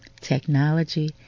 technology